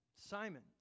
Simon